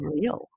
real